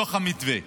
לתוך המתווה.